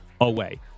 away